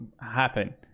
happen